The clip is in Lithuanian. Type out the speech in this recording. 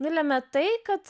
nulemia tai kad